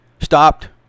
Stopped